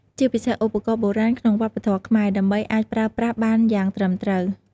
ជាពិសេស ឧបករណ៍បុរាណក្នុងវប្បធម៌ខ្មែរ ដើម្បីអាចប្រើប្រាស់បានយ៉ាងត្រឹមត្រូវ។